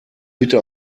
bitte